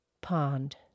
Pond